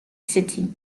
city